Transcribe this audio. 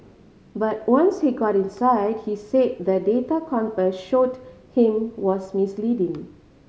but once he got inside he said the data Compass showed him was misleading